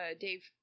Dave